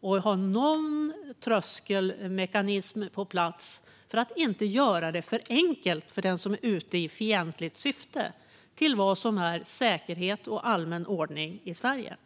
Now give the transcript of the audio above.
och ha en tröskelmekanism på plats för att inte göra det för enkelt för den som är ute i fientligt syfte när det gäller säkerhet och allmän ordning i Sverige.